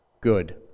good